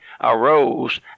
arose